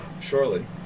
surely